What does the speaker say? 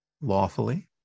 lawfully